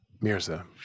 Mirza